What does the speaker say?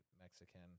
Mexican